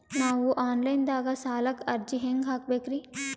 ನಾವು online ದಾಗ ಸಾಲಕ್ಕ ಅರ್ಜಿ ಹೆಂಗ ಹಾಕಬೇಕ್ರಿ?